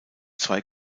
zwei